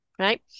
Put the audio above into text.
Right